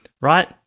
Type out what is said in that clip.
right